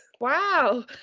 Wow